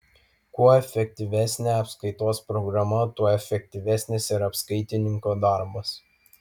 kuo efektyvesnė apskaitos programa tuo efektyvesnis ir apskaitininko darbas